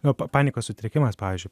nu panikos sutrikimas pavyzdžiui